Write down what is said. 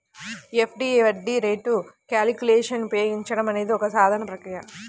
FD వడ్డీ rate calculator ఉపయోగించడం అనేది ఒక సాధారణ ప్రక్రియ